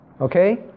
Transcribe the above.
Okay